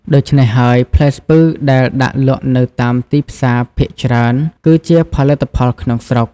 ដូច្នេះហើយ ផ្លែស្ពឺដែលដាក់លក់នៅតាមទីផ្សារភាគច្រើន គឺជាផលិតផលក្នុងស្រុក។